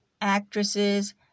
actresses